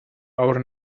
our